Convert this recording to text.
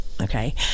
okay